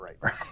right